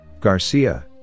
Garcia